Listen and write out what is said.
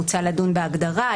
מוצע לדון בהגדרה,